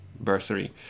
bursary